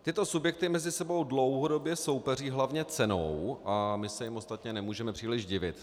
Tyto subjekty mezi sebou dlouhodobě soupeří hlavně cenou a my se jim ostatně nemůžeme příliš divit.